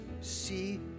see